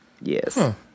Yes